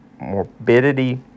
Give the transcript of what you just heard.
morbidity